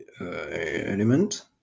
element